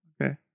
Okay